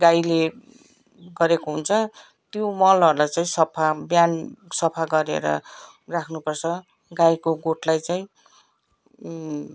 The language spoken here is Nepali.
गाईले गरेको हुन्छ त्यो मलहरूलाई चाहिँ सफा बिहान सफा गरेर राख्नु पर्छ गाईको गोठलाई चाहिँ